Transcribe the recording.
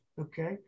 okay